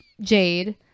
Jade